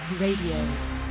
RADIO